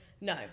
No